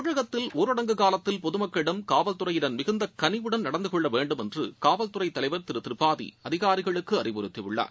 தமிழகத்தில் ஊரடங்கு காலத்தில் பொதுமக்களிடம் காவல்துறையினர் மிகுந்த களிவுடன் நடந்துகொள்ள வேண்டும் காவல்குறை என்று தலைவர் திரு திரிபாதி அதிகாரிகளுக்கு அறிவுறுத்தியுள்ளார்